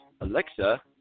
Alexa